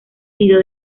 sido